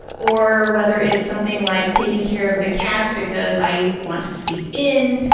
or whether it's something like taking care of the cats because i want to sleep in.